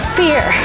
fear